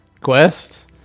quests